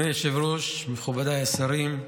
אדוני היושב-ראש, מכובדיי השרים,